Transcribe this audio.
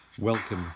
Welcome